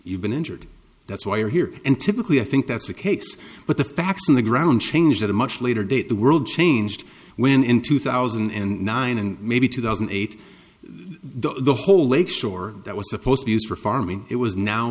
you've been injured that's why you're here and typically i think that's the case but the facts on the ground changed at a much later date the world changed when in two thousand and nine and maybe two thousand and eight the whole lake shore that was supposed to be used for farming it was now